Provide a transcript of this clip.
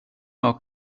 more